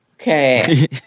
Okay